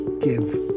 give